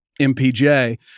MPJ